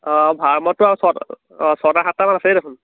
অঁ ভাড়া ৰুমতটো আৰু ছটা অঁ ছটা সাতটামান আছেই দেখোন